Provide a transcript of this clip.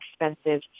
expensive